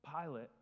Pilate